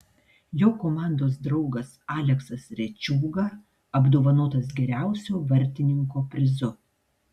jo komandos draugas aleksas rečiūga apdovanotas geriausio vartininko prizu